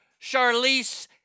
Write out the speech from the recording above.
Charlize